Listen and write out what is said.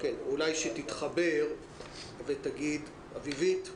צריך לפעול לטובת הורדת חסמים ולטובת העצמה של הגורמים